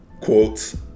quotes